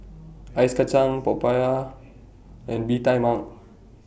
Ice Kacang Popiah and Bee Tai Mak